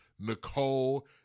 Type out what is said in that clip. Nicole